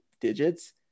digits